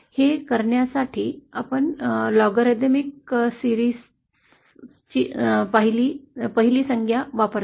हे करण्यासाठी आपण लॉगॅरिथमिक मालिकेची पहिली संज्ञा वापरतो